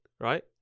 right